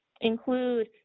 include